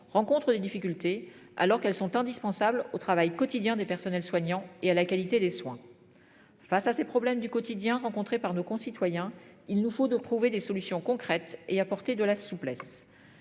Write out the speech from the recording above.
rencontrent des difficultés alors qu'elles sont indispensables au travail quotidien des personnels soignants et à la qualité des soins. Face à ces problèmes du quotidien rencontrées par nos concitoyens. Il nous faut de trouver des solutions concrètes et apporter de la souplesse.